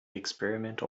experimental